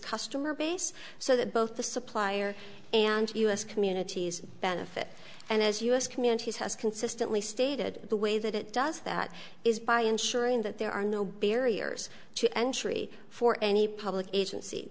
customer base so that both the supplier and us communities benefit and as us communities has consistently stated the way that it does that is by ensuring that there are no barriers to entry for any public agency